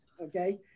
okay